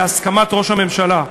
בהסכמת ראש הממשלה,